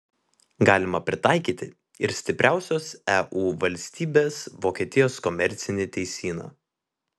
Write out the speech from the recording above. galima pritaikyti ir stipriausios eu valstybės vokietijos komercinį teisyną